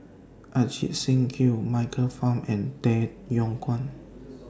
Ajit Singh Gill Michael Fam and Tay Yong Kwang